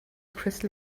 crystal